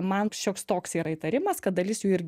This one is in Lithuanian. man šioks toks yra įtarimas kad dalis jų ir